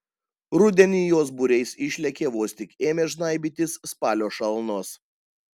rudenį jos būriais išlėkė vos tik ėmė žnaibytis spalio šalnos